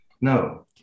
No